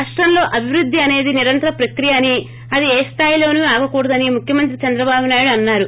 రాష్టంలో అభివృద్ది అసేది నిరంతర ప్రక్రీయ అని అది ఏ స్లాయిలోనూ ఆగకూడదని ముఖ్యమంత్రి చంద్రబాబు నాయుడు అన్నారు